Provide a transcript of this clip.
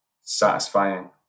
satisfying